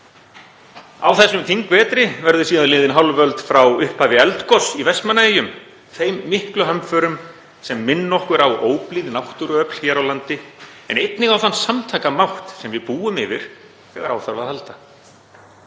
Á þessum þingvetri verður síðan liðin hálf öld frá upphafi eldgoss í Vestmannaeyjum, þeim miklu hamförum sem minna okkur á óblíð náttúruöfl hér á landi en einnig á þann samtakamátt sem við búum yfir þegar á þarf að halda.